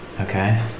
Okay